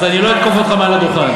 אז אני לא אתקוף אותך מעל הדוכן.